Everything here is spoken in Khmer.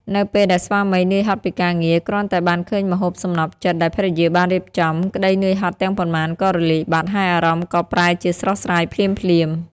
នៅពេលដែលស្វាមីនឿយហត់ពីការងារ គ្រាន់តែបានឃើញម្ហូបសំណព្វចិត្តដែលភរិយាបានរៀបចំ ក្តីនឿយហត់ទាំងប៉ុន្មានក៏រលាយបាត់ ហើយអារម្មណ៍ក៏ប្រែជាស្រស់ស្រាយភ្លាមៗ។